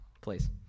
Please